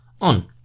on